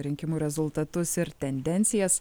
rinkimų rezultatus ir tendencijas